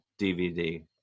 DVD